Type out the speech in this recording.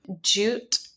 jute